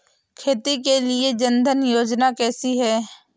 खेती के लिए जन धन योजना कैसी है?